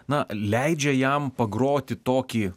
na leidžia jam pagroti tokį